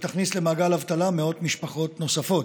ותכניס למעגל האבטלה מאות משפחות נוספות.